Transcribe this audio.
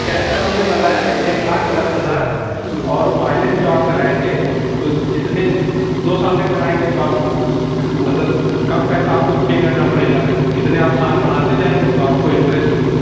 cash پہ ہم نے بتایا ہے ایک لاکھ دس ہزار اور فائننس جو آپ کرائیں گے تو جتنی دو سال کا کرائیں گے تو آپ مطلب کم پیسہ آپ کو پے کرنا پڑے گا کتنے آپ سال بڑھاتے جائیں گے تو آپ کو انٹرسٹ